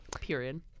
Period